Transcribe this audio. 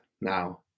now